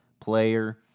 player